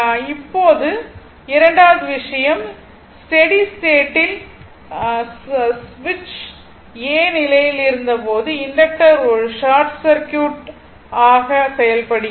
இப்போது இரண்டாவது விஷயம் ஸ்டேட் ல் சுவிட்ச் a நிலையில் இருந்தபோது இண்டக்டர் ஒரு ஷார்ட் சர்க்யூட் ஆக செயல்படுகிறது